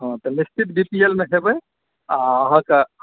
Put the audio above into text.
हँ तऽ निश्चित बीपीएलमे हेबै आओर अहाँके